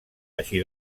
així